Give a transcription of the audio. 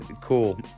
Cool